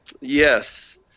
yes